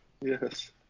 Yes